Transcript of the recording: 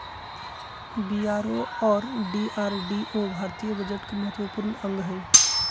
BRO और DRDO भारतीय budget के महत्वपूर्ण अंग हय